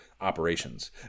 operations